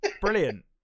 brilliant